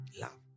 Love